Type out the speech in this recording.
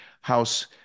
House